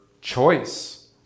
Choice